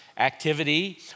activity